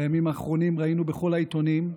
בימים האחרונים ראינו בכל העיתונים,